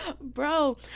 bro